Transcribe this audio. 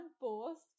post